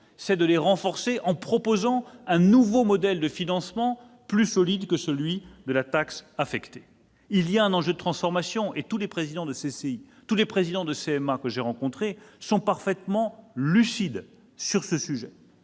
à les renforcer, en proposant un nouveau modèle de financement, plus solide que celui de la taxe affectée. Il y a là un enjeu de transformation. Tous les présidents de CCI et de CMA que j'ai rencontrés sont parfaitement lucides sur ce sujet.